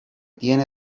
tiene